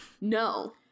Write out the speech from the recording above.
no